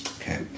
Okay